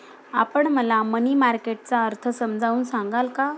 आपण मला money market चा अर्थ समजावून सांगाल का?